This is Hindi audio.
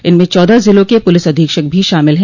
इनमें चौदह ज़िलों के पुलिस अधीक्षक भी शामिल है